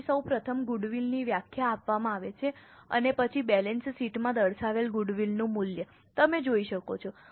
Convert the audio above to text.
તેથી સૌપ્રથમ ગુડવિલની વ્યાખ્યા આપવામાં આવે છે અને પછી બેલેન્સ શીટમાં દર્શાવેલ ગુડવિલનું મૂલ્ય તમે જોઈ શકો છો